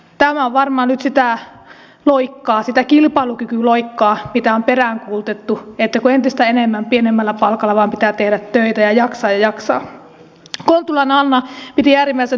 tämä on varmaan nyt sitä kilpailukykyloikkaa mitä on peräänkuulutettu että entistä enemmän pienemmällä palkalla vain pitää tehdä töitä ja jaksaa ja jaksaa